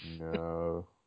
No